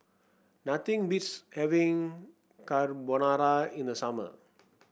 nothing beats having Carbonara in the summer